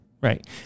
right